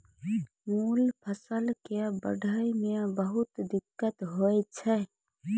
मूल फसल कॅ बढ़ै मॅ बहुत दिक्कत होय छै